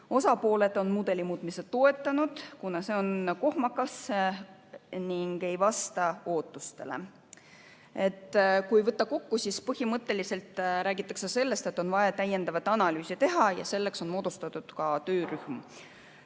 Osapooled on mudeli muutmist toetanud, kuna see on kohmakas ning ei vasta ootustele. Kui võtta kokku, siis põhimõtteliselt räägiti sellest, et on vaja täiendav analüüs teha ja selleks on moodustatud ka töörühm.